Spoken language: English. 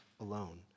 alone